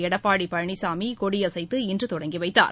எடப்பாடி பழனிச்சாமி கொடியசைத்து இன்றுதொடங்கி வைத்தார்